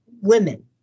women